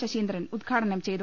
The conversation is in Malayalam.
ശശീന്ദ്രൻ ഉദ്ഘാടനം ചെയ്തു